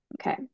okay